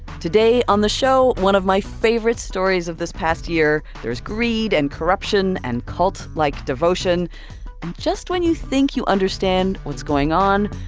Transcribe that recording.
today on the show one of my favorite stories of this past year there's greed and corruption and cult-like devotion. and just when you think you understand what's going on,